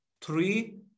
three